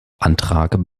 antrag